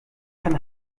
kann